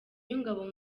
w’ingabo